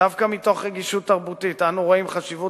דווקא מתוך רגישות תרבותית אנו רואים חשיבות